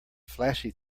flashy